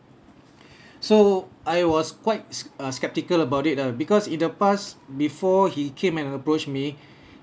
so I was quite sk~ uh skeptical about it uh because in the past before he came and approach me